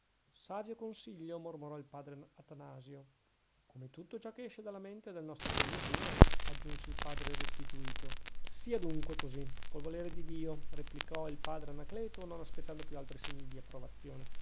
savio consiglio mormorò il padre atanasio come tutto ciò che esce dalla mente del nostro degno priore aggiunse il padre restituto sia dunque così col volere di dio replicò il padre anacleto non aspettando più altri segni di approvazione